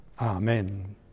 amen